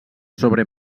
sobre